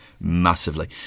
Massively